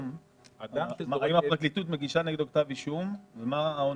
האם הפרקליטות מגישה נגדו כתב אישום, ומה העונש?